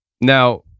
now